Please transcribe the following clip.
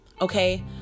okay